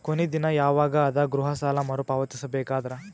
ಕೊನಿ ದಿನ ಯವಾಗ ಅದ ಗೃಹ ಸಾಲ ಮರು ಪಾವತಿಸಬೇಕಾದರ?